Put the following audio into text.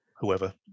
whoever